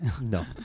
No